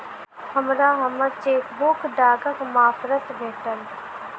हमरा हम्मर चेकबुक डाकक मार्फत भेटल